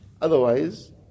Otherwise